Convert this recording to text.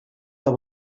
hier